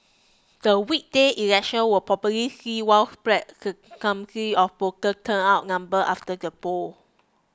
the weekday election will probably see widespread of voter turnout number after the poll